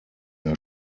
der